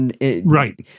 Right